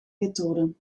methode